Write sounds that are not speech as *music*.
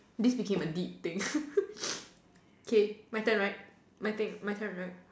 this became a deep thing *laughs* K my turn right my thing my turn right